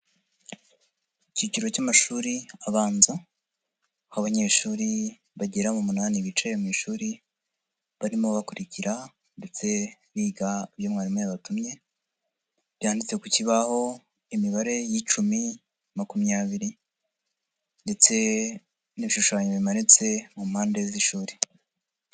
Icyiciro cy'amashuri abanza, aho abanyeshuri bagera mu munani bicaye mu ishuri barimo bakurikira ndetse biga ibyo mwarimu yabatumye byanditse ku kibaho imibare y'icuumi makumyabiri ndetse n'ibishushanyo bimanitse mu mpande z'ishuri.